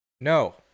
no